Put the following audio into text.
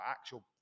actual